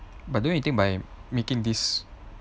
but don't you think by making these